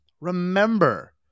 remember